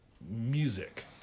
music